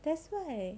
that's why